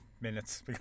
minutes